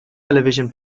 television